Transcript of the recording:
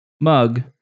mug